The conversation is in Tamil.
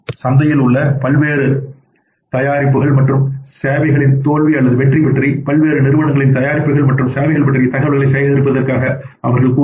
சந்தையில் உள்ள பல்வேறு தயாரிப்புகள் மற்றும் சேவைகளின் தோல்விவெற்றி அல்லது பல்வேறு நிறுவனங்களின் தயாரிப்புகள் மற்றும் சேவைகள் பற்றிய தகவல்களை சேகரிப்பதாக அவர்கள் கூறுகிறார்கள்